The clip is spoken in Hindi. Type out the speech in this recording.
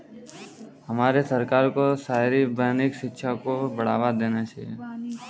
हमारे सरकार को शहरी वानिकी शिक्षा को बढ़ावा देना चाहिए